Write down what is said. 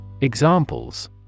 Examples